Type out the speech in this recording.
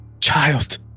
child